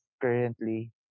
currently